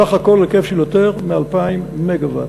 סך הכול היקף של יותר מ-2,000 מגה-אט.